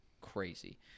crazy